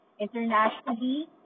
Internationally